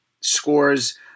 scores